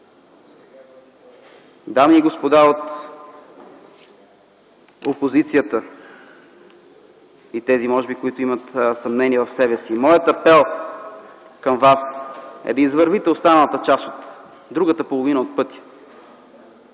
Дами и господа от опозицията, а може би и тези, които имат съмнения в себе си! Моят апел към вас е да извървите останалата част от другата половина от пътя.